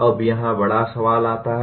अब यहां बड़ा सवाल आता है